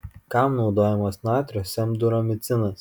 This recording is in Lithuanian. kam naudojamas natrio semduramicinas